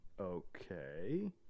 okay